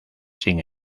sin